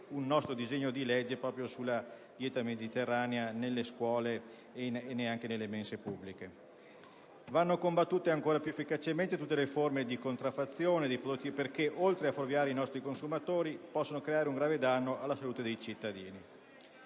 un disegno di legge relativo proprio alla dieta mediterranea nelle scuole e nelle mense pubbliche. Vanno combattute ancora più efficacemente tutte le forme di contraffazione dei prodotti che, oltre a fuorviare i nostri consumatori, possono creare un grave danno alla salute dei cittadini.